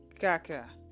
Kaka